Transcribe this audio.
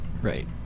Right